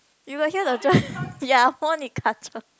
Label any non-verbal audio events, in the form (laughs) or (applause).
you will hear the (laughs) ya Monica-Cheng